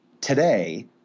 today